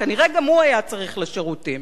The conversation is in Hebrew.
כנראה גם הוא היה צריך לשירותים.